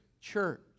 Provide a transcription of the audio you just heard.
church